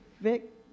Vic